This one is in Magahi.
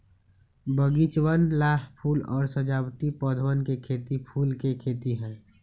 बगीचवन ला फूल और सजावटी पौधवन के खेती फूल के खेती है